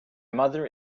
mother